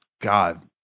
God